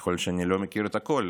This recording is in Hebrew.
יכול להיות שאני לא מכיר את הכול,